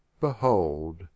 behold